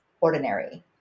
ordinary